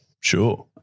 Sure